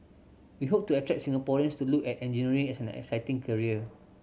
we hope to attract Singaporeans to look at engineering as an exciting career